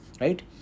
right